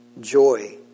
joy